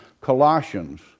Colossians